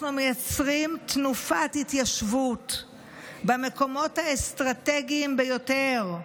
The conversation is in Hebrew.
אנחנו מייצרים תנופת התיישבות במקומות האסטרטגיים ביותר,